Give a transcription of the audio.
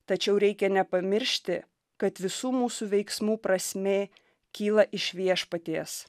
tačiau reikia nepamiršti kad visų mūsų veiksmų prasmė kyla iš viešpaties